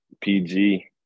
PG